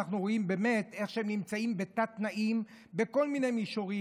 אנחנו רואים באמת איך שהם נמצאים בתת-תנאים בכל מיני מישורים,